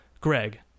Greg